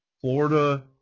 Florida